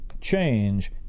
change